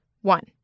One